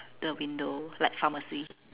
the window like pharmacy